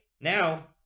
now